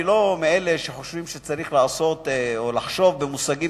אני לא מאלה שחושבים שצריך לעשות או לחשוב במושגים